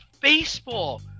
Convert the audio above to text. baseball